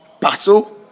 Battle